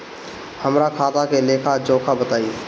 हमरा खाता के लेखा जोखा बताई?